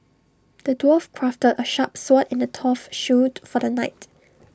the dwarf crafted A sharp sword and A tough shield for the knight